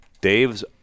Dave's